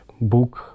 book